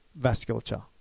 vasculature